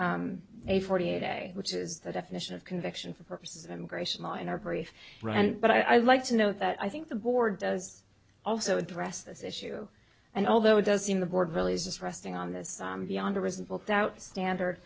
one a forty a day which is the definition of conviction for purposes of immigration law in our brief rant but i'd like to know that i think the board does also address this issue and although it does seem the board really is resting on this beyond a reasonable doubt standard